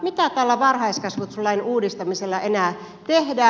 mitä tällä varhaiskasvatuslain uudistamisella enää tehdään